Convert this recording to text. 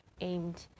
aimed